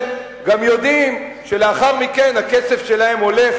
גם יודעים שלאחר מכן הכסף שלהם הולך,